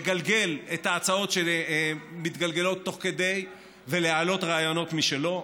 לגלגל את ההצעות שמתגלגלות תוך כדי ולהעלות רעיונות משלו.